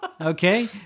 okay